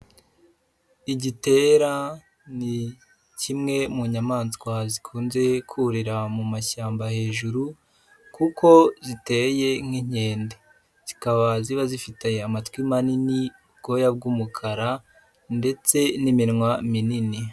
Igitera ni kimwe mu nyamaswa zikunze kurira mu mashyamba hejuru kuko ziteye nk'inkende, zikaba ziba zifite amatwi manini, ubwoya bw'umukara ndetse n'iminwa minini.